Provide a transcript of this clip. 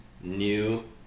new